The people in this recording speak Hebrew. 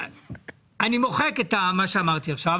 אני מוחק את מה שאמרתי עכשיו.